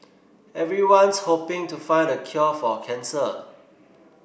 everyone's hoping to find the cure for cancer